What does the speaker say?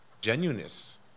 genuineness